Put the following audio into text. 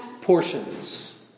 portions